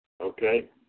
Okay